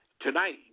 Tonight